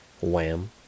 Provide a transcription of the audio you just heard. Wham